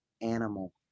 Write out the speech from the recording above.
animal